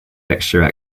extra